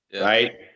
Right